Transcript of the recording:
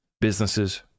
Businesses